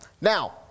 Now